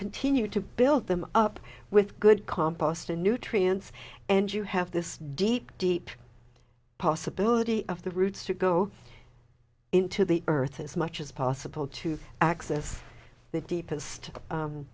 continue to build them up with good compost and nutrients and you have this deep deep possibility of the roots to go into the earth as much as possible to access the deepest